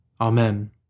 Amen